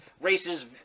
races